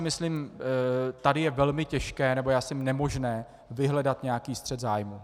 Myslím, že tady je velmi těžké nebo nemožné vyhledat nějaký střet zájmů.